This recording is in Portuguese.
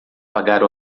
pagar